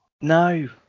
No